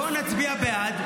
בואו נצביע בעד,